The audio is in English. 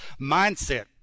mindset